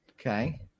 Okay